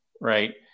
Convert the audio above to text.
right